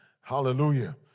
hallelujah